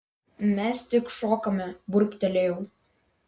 mes tik šokome burbtelėjau